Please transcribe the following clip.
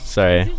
Sorry